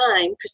time